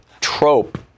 trope